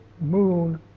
moon